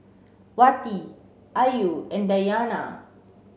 Wati Ayu and Dayana